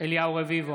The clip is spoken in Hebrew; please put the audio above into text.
אליהו רביבו,